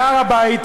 והר-הבית,